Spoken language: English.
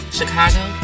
Chicago